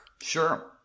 Sure